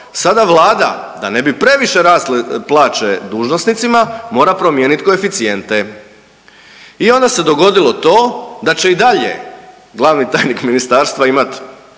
sada Vlada da ne bi previše rasle plaće dužnosnicima mora promijeniti koeficijente. I onda se dogodilo to da će i dalje glavni tajnik ministarstva imati